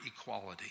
equality